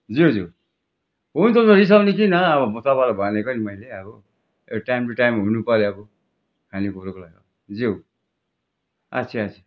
ज्यू ज्यू हुन्छ हुन्छ रिसाउने किन अब तपाईँलाई भनेको नि मैले अब टाइम टु टाइम हुनु पऱ्यो अब खानेकुरोको लागि ज्यू अच्छा अच्छा